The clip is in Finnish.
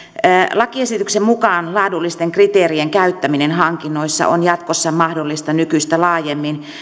lakiesityksen mukaan laadullisten kriteerien käyttäminen hankinnoissa on jatkossa mahdollista nykyistä laajemmin